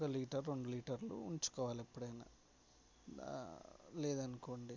minimum ఒక్క litre రెండు లీటర్లు ఉంచుకోవాలి ఎప్పుడైనా లేదనుకోండి